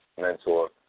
mentor